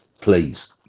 please